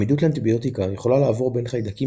עמידות לאנטיביוטיקה יכולה לעבור בין חיידקים